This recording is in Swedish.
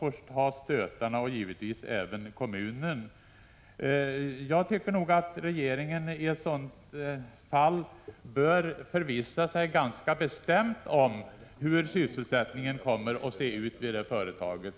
Sådan hjälp saknas i dag i stor utsträckning. Avser statsrådet ta initiativ till att speciella resurser — genom omfördelningar — skapas inom arbetsförmedlingarna till hjälp för sökande av arbete eller praktik utomlands?